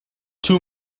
too